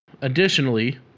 Additionally